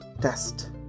test